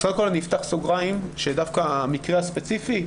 אז קודם אני אפתח סוגריים שדווקא המקרה הספציפי,